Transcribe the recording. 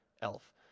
elf